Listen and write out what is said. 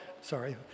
sorry